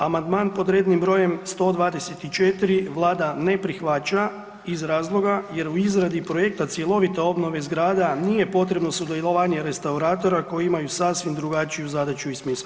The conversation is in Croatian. Amandman pod rednim br. 124 vlada ne prihvaća iz razloga jer u izradi projekta cjelovite obnove zgrada nije potrebno sudjelovanje restauratora koji imaju sasvim drugačiju zadaću i smisao.